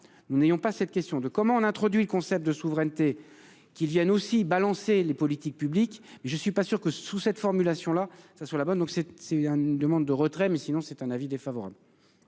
nous n'ayons pas cette question de, comment on introduit le concept de souveraineté qu'viennent aussi balancer les politiques publiques et je ne suis pas sûr que sous cette formulation là ça sur la bonne donc c'est c'est une demande de retrait mais sinon c'est un avis défavorable.